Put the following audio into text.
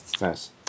Nice